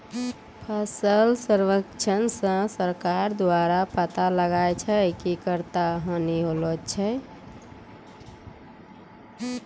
फसल सर्वेक्षण से सरकार द्वारा पाता लगाय छै कि कत्ता हानि होलो छै